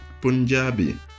Punjabi